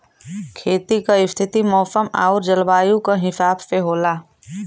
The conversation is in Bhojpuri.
खेती क स्थिति मौसम आउर जलवायु क हिसाब से होला